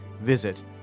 Visit